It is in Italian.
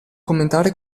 commentare